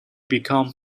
become